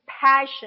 passion